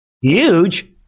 Huge